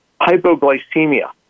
Hypoglycemia